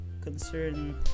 concern